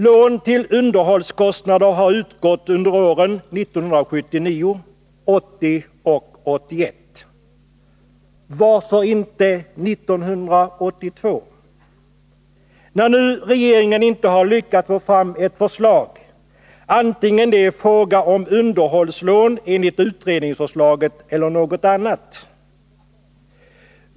Lån till underhållskostnader har utgått under åren 1979, 1980 och 1981. Varför inte 1982? Regeringen har inte lyckats få fram ett förslag, varken ett förslag om underhållslån enligt utredningsförslaget om underhållsfonder eller något annat.